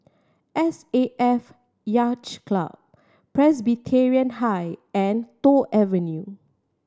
S A F Yacht Club Presbyterian High and Toh Avenue